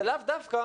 זה לאו דווקא